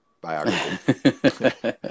biography